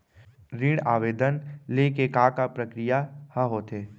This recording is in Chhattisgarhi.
ऋण आवेदन ले के का का प्रक्रिया ह होथे?